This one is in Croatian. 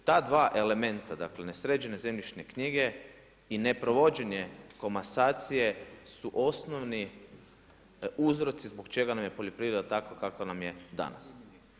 I ta dva elementa dakle, nesređene zemljišne knjige i neprovođenje komasacije su osnovni uzroci zbog čega nam je poljoprivreda takva kakva nam je danas.